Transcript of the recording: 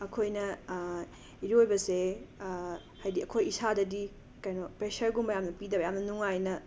ꯑꯩꯈꯣꯏꯅ ꯏꯔꯣꯏꯕꯁꯦ ꯍꯥꯏꯗꯤ ꯑꯩꯈꯣꯏ ꯏꯁꯥꯗꯗꯤ ꯀꯦꯅꯣ ꯄ꯭ꯔꯦꯁꯔꯒꯨꯝꯕ ꯌꯥꯝꯅ ꯄꯤꯗꯕ ꯌꯥꯝꯅ ꯅꯨꯡꯉꯥꯏꯅ